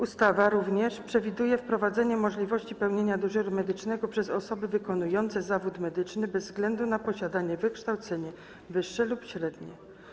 Ustawa również przewiduje wprowadzenie możliwości pełnienia dyżuru medycznego przez osoby wykonujące zawód medyczny bez względu na posiadane wykształcenie wyższe lub średnie.